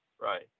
Right